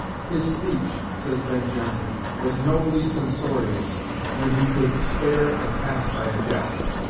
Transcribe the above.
his speech, says ben jonson, was nobly censorious when he could spare and pass by a jest.